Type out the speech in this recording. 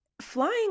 Flying